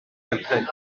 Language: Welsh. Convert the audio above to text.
hebddynt